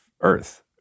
Earth